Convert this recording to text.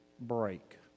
break